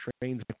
trains